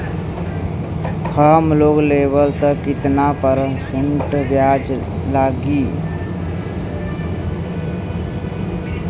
हम लोन लेब त कितना परसेंट ब्याज लागी?